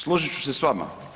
Složit ću se s vama.